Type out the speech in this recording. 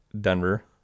Denver